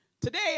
today